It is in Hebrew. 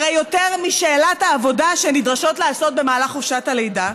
הרי יותר משאלת העבודה שהן נדרשות לעשות במהלך חופשת הלידה,